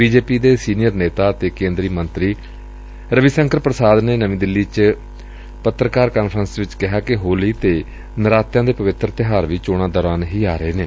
B J P ਦੇ senior ਨੇਤਾ ਅਤੇ ਕੇਦਰੀ ਮੰਤਰੀ ਰਵੀ ਸ਼ੰਕਰ ਪ੍ਰਸਾਦ ਨੇ ਨਵੀ ਦਿੱਲੀ ਚ ਇਕ ਪੱਤਰਕਾਰ ਕਾਨਫਰੰਸ ਚ ਕਿਹਾ ਕਿ ਹੋਲੀ ਅਤੇ ਨਰਾਤਿਆਂ ਦੇ ਪਵਿੱਤਰ ਤਿਉਹਾਰ ਵੀ ਚੋਣਾ ਦੌਰਾਨ ਹੀ ਆ ਰਹੇ ਨੇ